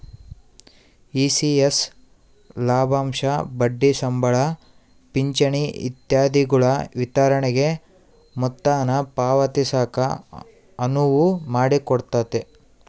ECS ಲಾಭಾಂಶ ಬಡ್ಡಿ ಸಂಬಳ ಪಿಂಚಣಿ ಇತ್ಯಾದಿಗುಳ ವಿತರಣೆಗೆ ಮೊತ್ತಾನ ಪಾವತಿಸಾಕ ಅನುವು ಮಾಡಿಕೊಡ್ತತೆ